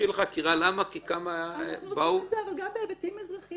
התחילה חקירה כי כמה באו --- אנחנו עושים את זה גם בהיבטים אזרחיים.